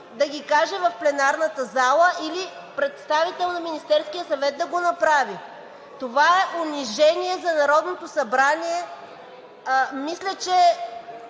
да ги каже в пленарната зала или представител на Министерския съвет да го направи. Унижение е за Народното събрание – мисля, че